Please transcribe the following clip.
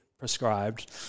Prescribed